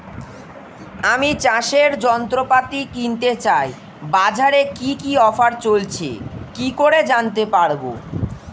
আমি চাষের যন্ত্রপাতি কিনতে চাই বাজারে কি কি অফার চলছে কি করে জানতে পারবো?